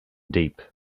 deep